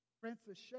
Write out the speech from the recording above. Francis